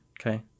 Okay